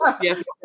yes